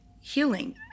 healing